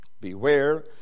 Beware